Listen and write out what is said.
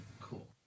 Cool